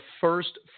first